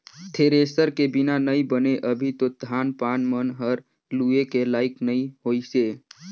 thresher के बिना नइ बने अभी तो धान पान मन हर लुए के लाइक नइ होइसे